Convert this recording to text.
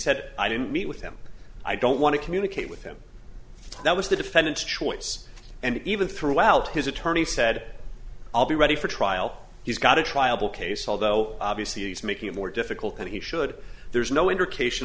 said i didn't meet with him i don't want to communicate with him that was the defendant's choice and even throughout his attorney said i'll be ready for trial he's got a trial bill casey although obviously he's making it more difficult than he should there's no indication